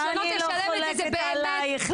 אני לא כועסת עלייך,